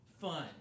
fun